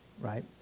right